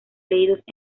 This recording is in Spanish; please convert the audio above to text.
leídos